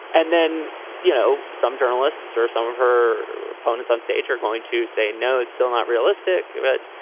and then you know some journalists or some of her opponents on stage are going to say no it's still not realistic. but